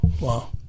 Wow